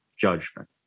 judgment